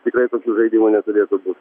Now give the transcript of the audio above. tikrai tokių žaidimų neturėtų būt